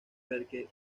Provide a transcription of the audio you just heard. parker